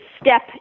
step